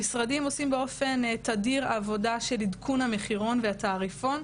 המשרדים עושים באופן תדיר עבודה של עדכון המחירון והתעריפון.